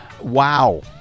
wow